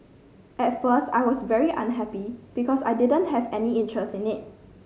at first I was very unhappy because I didn't have any interest in it